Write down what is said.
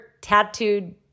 tattooed